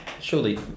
Surely